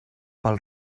pel